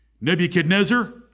Nebuchadnezzar